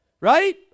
right